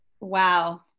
Wow